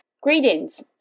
Greetings